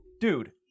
dude